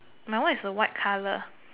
my one is a white colour